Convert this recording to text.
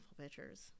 pictures